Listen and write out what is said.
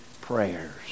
prayers